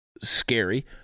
scary